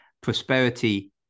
prosperity